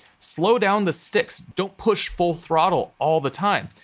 slow down the sticks. don't push full throttle all the time.